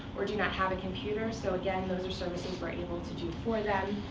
or do not have a computer, so again, those are services we're able to do for them.